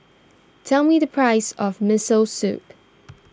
tell me the price of Miso Soup